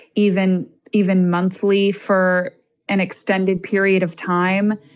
even even monthly for an extended period of time,